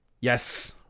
Yes